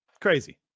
crazy